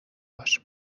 باش